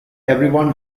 everyone